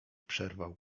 przerwał